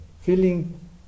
feeling